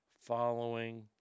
Following